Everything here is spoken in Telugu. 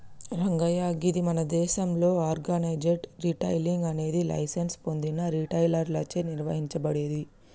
రంగయ్య గీది మన దేసంలో ఆర్గనైజ్డ్ రిటైలింగ్ అనేది లైసెన్స్ పొందిన రిటైలర్లచే నిర్వహించబడేది